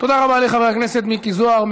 תודה רבה לחבר הכנסת מיקי זוהר.